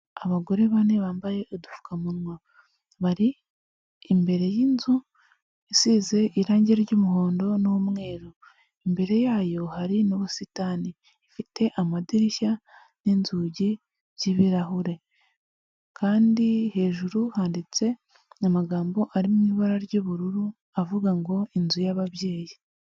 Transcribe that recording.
Abagore bane bambaye udupfukamunwa, bari imbere y'inzu isize irangi ry'umuhondo n'umweru, imbere yayo hari n'ubusitani, ifite amadirishya n'inzugi by'ibirahure kandi hejuru handitse amagambo ari mu ibara ry'ubururu avuga ngo inzu y'ababyeyi.